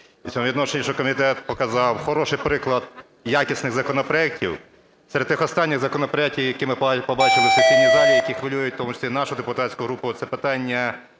у відношенні, що комітет показав хороший приклад якісних законопроектів. Серед тих останніх законопроектів, які ми побачили в сесійній залі, які хвилюють у тому числі нашу депутатську групу, це питання